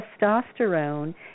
testosterone